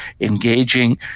engaging